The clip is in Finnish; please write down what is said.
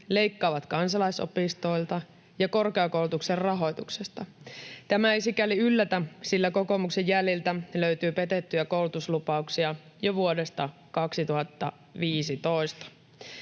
leikkaavat kansalaisopistoilta ja korkeakoulutuksen rahoituksesta. Tämä ei sikäli yllätä, sillä kokoomuksen jäljiltä löytyy petettyjä koulutuslupauksia jo vuodesta 2015.